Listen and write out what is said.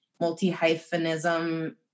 multi-hyphenism